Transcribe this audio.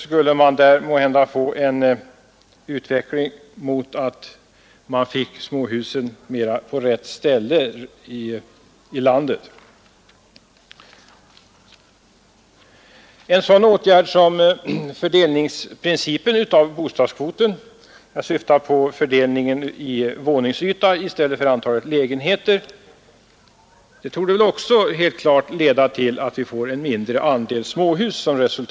Själva fördelningsprincipen när det gäller bostadskvoten — jag syftar på fördelningen efter våningsyta i stället för efter antalet lägenheter — torde också helt klart leda till att vi får en mindre andel småhus.